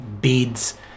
beads